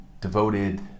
devoted